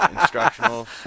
instructional